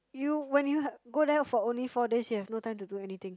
you when you have go there for only four days you have no time to do anything